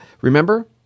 Remember